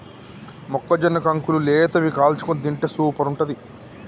మొక్కజొన్న కంకులు లేతవి కాల్చుకొని తింటే సూపర్ ఉంటది